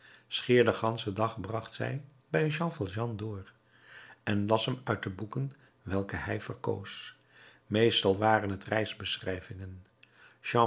den ganschen dag bracht zij bij jean valjean door en las hem uit de boeken welke hij verkoos meestal waren